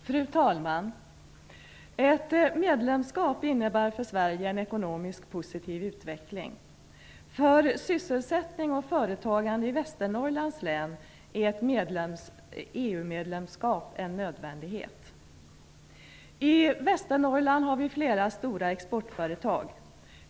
Fru talman! Ett EU-medlemskap innebär för Sverige en positiv utveckling. För sysselsättning och företagande i Västernorrlands län är ett EU medlemskap en nödvändighet. I Västernorrland har vi flera stora exportföretag.